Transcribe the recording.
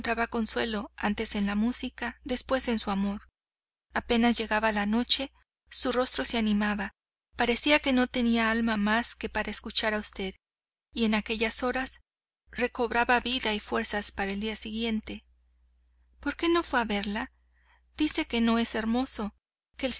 consuelo antes en la música después en su amor apenas llegaba la noche su rostro se animaba parecía quo no tenía alma más que para escuchar a usted y en aquellas horas recobraba vida y fuerzas para el siguiente día por qué no fue a verla dice que no es hermoso